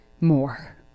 more